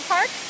Park